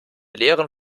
leeren